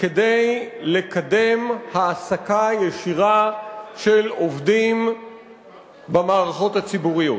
כדי לקדם העסקה ישירה של עובדים במערכות הציבוריות.